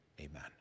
Amen